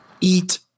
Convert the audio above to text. eat